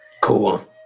Cool